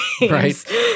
Right